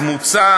מוצע